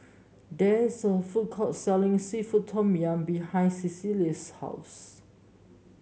there is a food court selling seafood Tom Yum behind Cecily's house